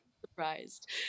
surprised